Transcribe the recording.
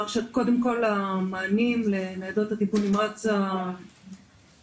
שקודם כל המענים לניידות הטיפול נמרץ אט"ן,